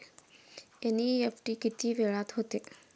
NEFT किती वेळात होते?